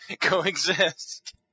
coexist